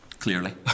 Clearly